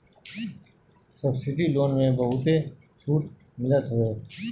subsidy loan में बहुते छुट मिलत हवे